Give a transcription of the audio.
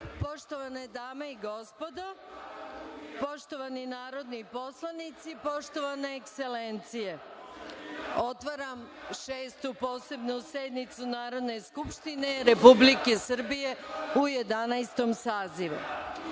Poštovane dame i gospodo, poštovani narodni poslanici, poštovane ekselencije, otvaram Šestu posebnu sednicu Narodne skupštine Republike Srbije u Jedanaestom